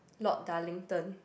Lord Darlington